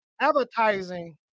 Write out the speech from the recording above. advertising